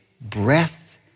breath